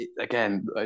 again